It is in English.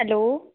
hello